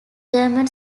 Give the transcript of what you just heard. german